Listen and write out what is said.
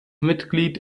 mitglied